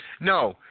No